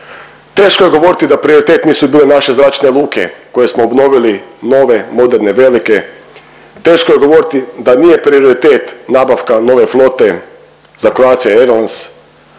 teško je govoriti da prioritet nisu bile naše zračne luke koje smo obnovili nove, moderne, velike, teško je govoriti da nije prioritet nabavka nove flote za Croatia Airlines,